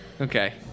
Okay